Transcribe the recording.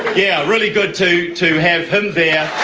yeah really good to to have him there, yeah